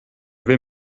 vais